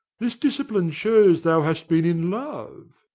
this discipline shows thou hast been in love.